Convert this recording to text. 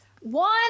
One